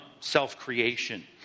self-creation